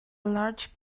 large